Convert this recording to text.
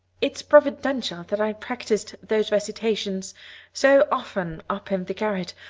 it's providential that i practiced those recitations so often up in the garret,